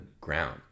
ground